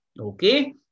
Okay